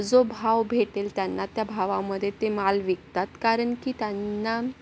जो भाव भेटेल त्यांना त्या भावामध्ये ते माल विकतात कारण की त्यांना